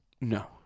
no